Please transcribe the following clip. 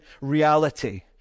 reality